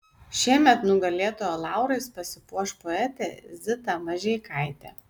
šiemet nugalėtojo laurais pasipuoš poetė zita mažeikaitė